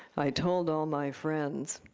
i told all my friends.